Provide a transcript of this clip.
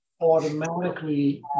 automatically